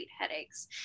headaches